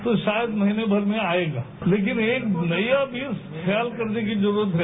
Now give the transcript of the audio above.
तो शायद महीने भर में आएगा लेकिन एक बुराई भी ख्याल करने की जरूरत है